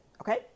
okay